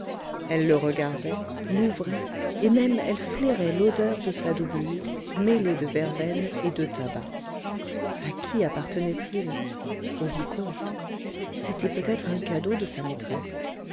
elle le regardait l'ouvrait et même elle flairait l'odeur de sa doublure mêlée de verveine et de tabac à qui appartenait-il au vicomte c'était peut-être un cadeau de sa maîtresse